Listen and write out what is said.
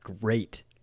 great